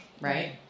right